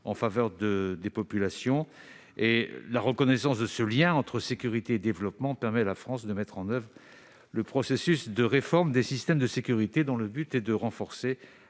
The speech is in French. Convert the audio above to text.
en faveur des populations. Grâce à la reconnaissance de ce lien entre sécurité et développement, la France peut engager le processus de réforme des systèmes de sécurité, dont le but est de renforcer